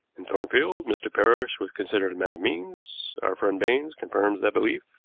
in thornfield mr. parrish was considered a man of means our friend baines confirms that belief.